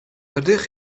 ydych